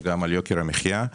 וגם על יוקר המחיה.